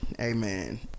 Amen